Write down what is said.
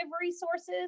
resources